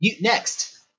next